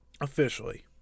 officially